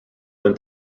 than